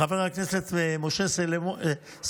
חבר הכנסת משה סולומון,